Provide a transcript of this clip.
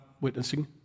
witnessing